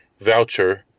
voucher